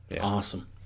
Awesome